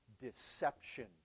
deception